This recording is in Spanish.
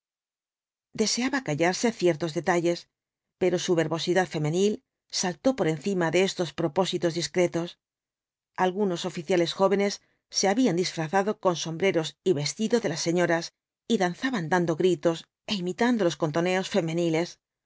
deseaba callarse ciertos detalles pero su verbosidad femenil saltó por encima de estos propósitos discretos algunos oficiales jóvenes se habían disfrazado con sombreros y vestidos de las señoras y danzaban dando gritos é imitando los contoneos femeniles